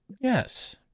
yes